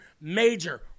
major